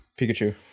Pikachu